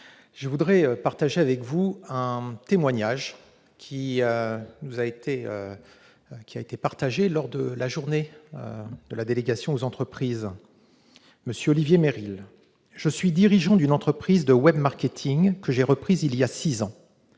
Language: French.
je voudrais partager avec vous un témoignage qui nous a été livré, lors de la journée de la délégation aux entreprises, par M. Olivier Meril :« Je suis dirigeant d'une entreprise de webmarketing que j'ai reprise il y a six ans.